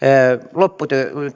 lopputyötä